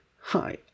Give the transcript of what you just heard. Hi